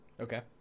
Okay